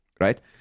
right